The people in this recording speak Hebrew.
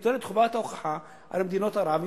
חובת ההוכחה תהיה מוטלת על מדינות ערב.